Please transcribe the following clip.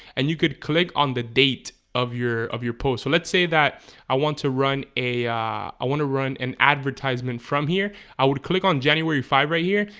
and you could click on the date of your of your post so let's say that i want to run a i i want to run an advertisement from here i would click on january five right here,